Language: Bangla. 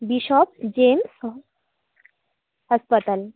বিশপ জেমস হ হাসপাতাল